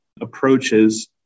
approaches